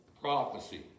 prophecy